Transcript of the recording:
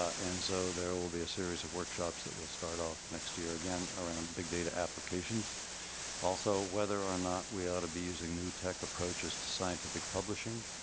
and so, there will be a series everworkshops that will start off next year again around big data applications and whether or not we ought to be using new tech approaching to scientific publishing.